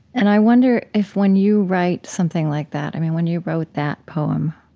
and i wonder if when you write something like that i mean, when you wrote that poem